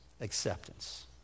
Acceptance